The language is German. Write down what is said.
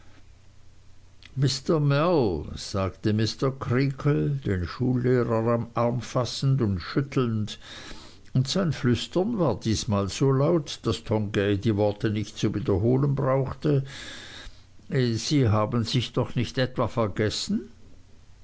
mr mell sagte mr creakle den schullehrer am arme fassend und schüttelnd und sein flüstern war diesmal so laut daß tongay die worte nicht zu wiederholen brauchte sie haben sich doch nicht etwa vergessen